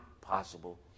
possible